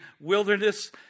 wilderness